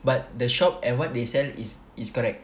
but the shop and what they sell is is correct